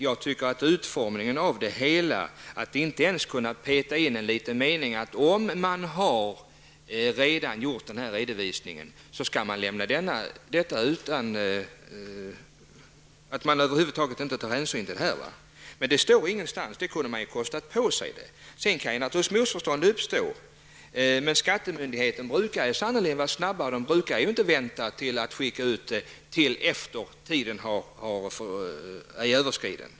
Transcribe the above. Man kunde åtminstone i påminnelsen ha petat in en mening om att den som redan har gjort redovisningen över huvud taget inte behöver ta hänsyn till påminnelsen. Men det står ingenstans. Det kunde man ha kostat på sig. Missförstånd kan naturligtvis uppstå, men skattemyndigheten brukar ju sannerligen vara snabb, och man brukar ju inte vänta med att skicka ut påminnelser till dess tiden är överskriden.